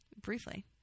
Briefly